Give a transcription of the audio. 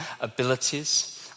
abilities